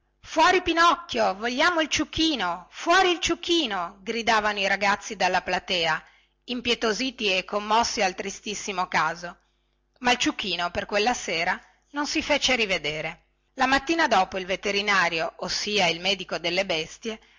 fuori pinocchio vogliamo il ciuchino fuori il ciuchino gridavano i ragazzi dalla platea impietositi e commossi al tristissimo caso ma il ciuchino per quella sera non si fece rivedere la mattina dopo il veterinario ossia il medico delle bestie